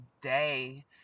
day